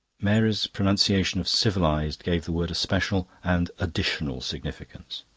mary's pronunciation of civilised gave the word a special and additional significance.